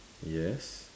yes